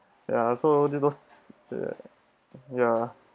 ya so these those uh ya